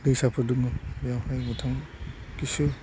दैसाफोर दङ बेयावहाय गोथां किसु